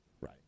Right